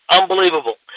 Unbelievable